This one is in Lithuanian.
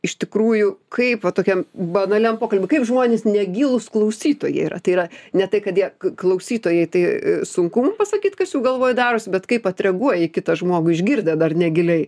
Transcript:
iš tikrųjų kaip va tokiam banaliam pokalby kaip žmonės negilūs klausytojai yra tai yra ne tai kad jie klausytojai tai sunku man pasakyt kas jų galvoj daros bet kaip vat reaguoja į kitą žmogų išgirdę dar negiliai